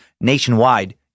nationwide